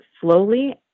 slowly